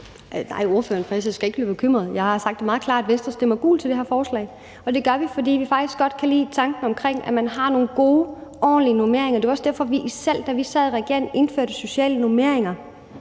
Nej, spørgeren fra SF skal ikke blive bekymret. Jeg har sagt meget klart, at Venstre stemmer gult til det her forslag, og det gør vi, fordi vi faktisk godt kan lide tanken om, at man har nogle gode og ordentlige normeringer. Det var også derfor, vi selv, da vi sad i regering, indførte sociale normeringer.